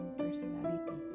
personality